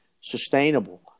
sustainable